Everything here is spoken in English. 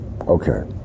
Okay